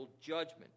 judgment